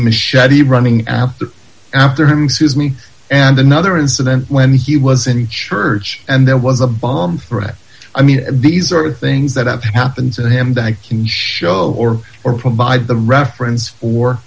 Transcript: machete running after after me and another incident when he was in church and there was a bomb threat i mean these are things that have happened to him that i can show or or provide the reference for